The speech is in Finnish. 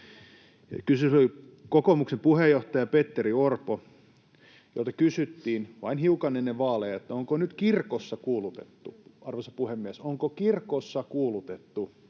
Kun kokoomuksen puheenjohtajalta Petteri Orpolta kysyttiin vain hiukan ennen vaaleja, onko nyt kirkossa kuulutettu — arvoisa puhemies, onko kirkossa kuulutettu